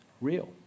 real